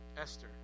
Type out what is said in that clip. Esther